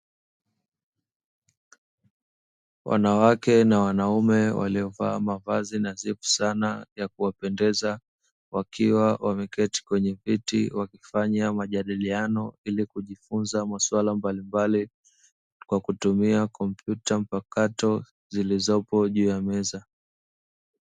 Wanawake na wanaume waliovaa mavazi nadhifu sana ya kuwapendeza, wakiwa wameketi kwenye viti wakifanya majadiliano ili kujifunza maswala mbalimbali, kwa kutumia kompyuta mpakato zilizopo juu ya meza.